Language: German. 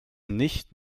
nicht